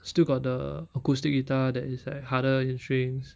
still got the acoustic guitar that is like harder in strings